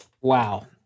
wow